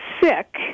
sick